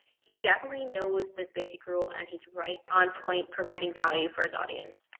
he definitely knows this basic rule, and he's right on point, providing value for his audience.